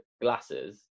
glasses